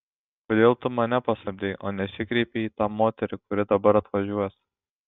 kodėl tu mane pasamdei o nesikreipei į tą moterį kuri dabar atvažiuos